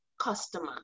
customer